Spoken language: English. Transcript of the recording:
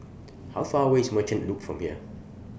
How Far away IS Merchant Loop from here